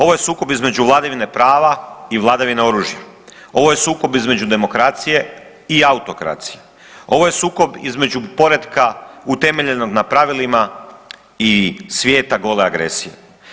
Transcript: Ovo je sukob između vladavine prava i vladavine oružja, ovo je sukob između demokracije i autokracije, ovo je sukob između poretka utemeljenog na pravilima i svijeta gole agresije.